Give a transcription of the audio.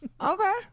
Okay